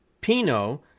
Pino